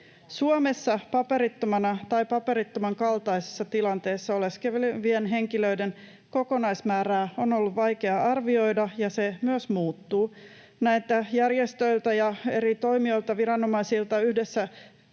Suomessa paperittomana tai paperittoman kaltaisessa tilanteessa oleskelevien henkilöiden kokonaismäärää on ollut vaikea arvioida, ja se myös muuttuu. Järjestöiltä, eri toimijoilta ja viranomaisilta yhdessä